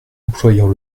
employeurs